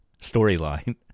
storyline